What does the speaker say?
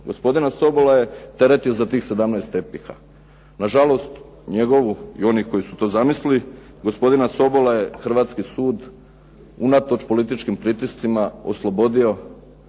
Gospodina Sobola je teretio za tih 17 tepiha. Na žalost njegovu i onih koji su to zamislili gospodina Sobola je hrvatski sud unatoč političkim pritiscima oslobodio